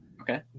okay